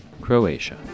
Croatia